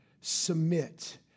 submit